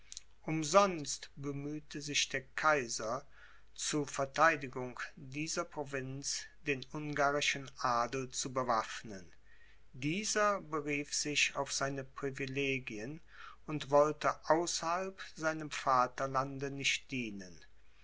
umsonst bemühte sich der kaiser zu vertheidigung dieser provinz den ungarischen adel zu bewaffnen dieser berief sich auf seine privilegien und wollte außerhalb seinem vaterlande nicht dienen